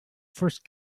first